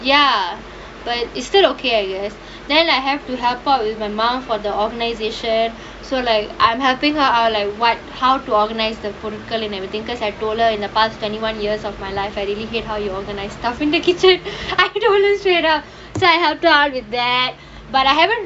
ya but is still okay I guess then I have to help out with my mum for the organization so like I'm helping her out like what how to organise the political and everything I told her for the past twenty one years of my life I really hate how you organise stuff in the kitchen I told her straight up I say I help you out with that but I haven't